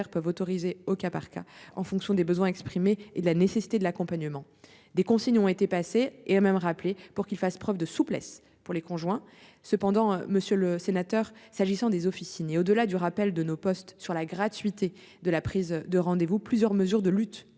peuvent l'autoriser au cas par cas, en fonction du besoin exprimé et de la nécessité de l'accompagnement. Des consignes ont été passées, et même rappelées, pour qu'ils fassent preuve de souplesse s'agissant des conjoints de Français. Pour ce qui est des officines, et au-delà des rappels adressés à nos postes sur la gratuité de la prise de rendez-vous, plusieurs mesures de lutte